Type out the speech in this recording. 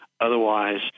Otherwise